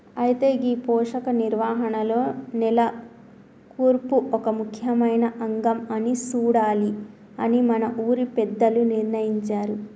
అయితే గీ పోషక నిర్వహణలో నేల కూర్పు ఒక ముఖ్యమైన అంగం అని సూడాలి అని మన ఊరి పెద్దలు నిర్ణయించారు